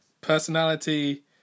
Personality